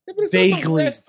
Vaguely